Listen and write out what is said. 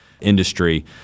industry